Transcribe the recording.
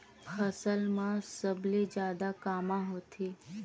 फसल मा सबले जादा कामा होथे?